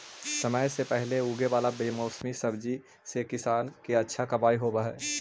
समय से पहले उगे वाला बेमौसमी सब्जि से किसान के अच्छा कमाई होवऽ हइ